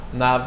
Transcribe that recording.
na